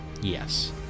Yes